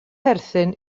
perthyn